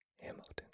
Hamilton